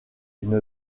une